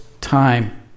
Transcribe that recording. time